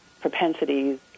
propensities